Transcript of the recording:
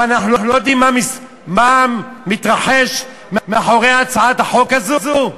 אנחנו לא יודעים מה מתרחש מאחורי הצעת החוק הזאת?